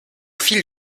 fil